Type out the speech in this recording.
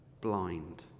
blind